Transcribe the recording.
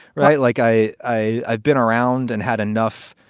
right. like i, i, i've been around and had enough,